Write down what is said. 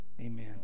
Amen